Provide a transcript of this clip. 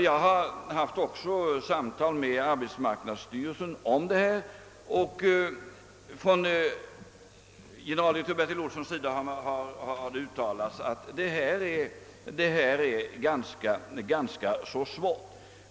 Jag har haft samtal också med arbetsmarknadsstyrelsen om detta problem, och generaldirektör Bertil Olsson har ansett att det är ett ganska besvärligt spörsmål.